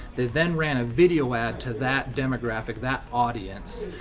they then ran a video ad to that demographic, that audience,